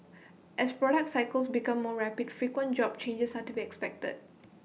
as product cycles become more rapid frequent job changes are to be expected